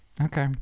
Okay